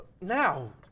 Now